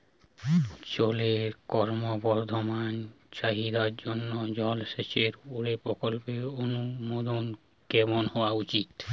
জলের ক্রমবর্ধমান চাহিদার জন্য জলসেচের উপর প্রকল্পের অনুমোদন কেমন হওয়া উচিৎ?